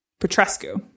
Petrescu